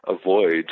avoid